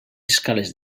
escales